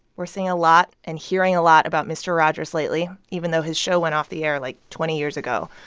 we're seeing a lot and hearing a lot about mister rogers lately, even though his show went off the air, like, twenty years ago.